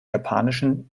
japanischen